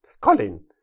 Colin